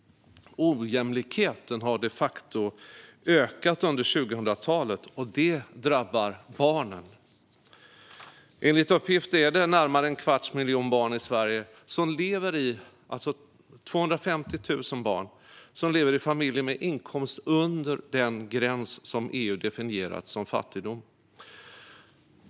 Ojämlikheten har de facto ökat under 2000-talet, och det drabbar barnen. Enligt uppgift är det närmare en kvarts miljon barn i Sverige - 250 000 barn - som lever i familjer med inkomst under den gräns som EU definierat som fattigdom.